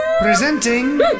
Presenting